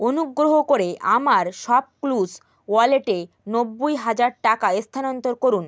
অনুগ্রহ করে আমার শপক্লুস ওয়ালেটে নব্বই হাজার টাকা স্থানান্তর করুন